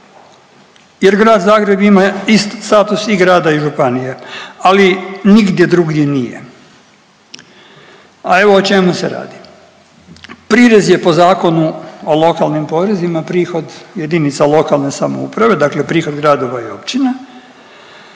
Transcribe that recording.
jer grad Zagreb ima isti status i grada i županije, ali nigdje drugdje nije. A evo o čemu se radi. Prirez je po zakonu o lokalnim porezima prihod jedinica lokalne samouprave, dakle prihod gradova i općina,